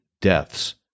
deaths